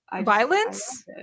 Violence